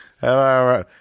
Hello